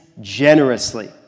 generously